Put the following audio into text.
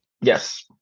Yes